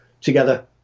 together